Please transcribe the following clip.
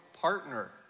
partner